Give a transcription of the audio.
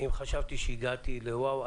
ואם חשבתי שהגעתי לוואו,